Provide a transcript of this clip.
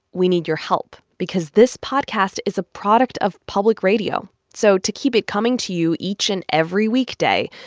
we need your help because this podcast is a product of public radio. so to keep it coming to you each and every weekday,